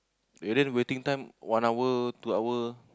Rdiant waiting time one hour two hour